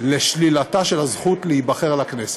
לשלילתה של הזכות להיבחר לכנסת.